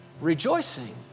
Rejoicing